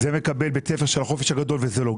שזה מקבל בית ספר של החופש הגדול וזה לא.